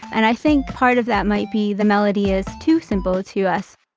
and i think part of that might be the melody is too simple to us.